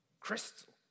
Crystal